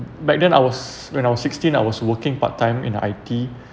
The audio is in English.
back then I was when I was sixteen I was working part time in a I_T